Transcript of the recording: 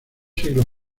siglos